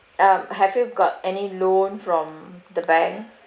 um have you got any loan from the bank